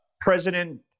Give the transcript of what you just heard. president